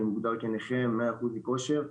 אני מוגדר כנכה, 100% אי כושר.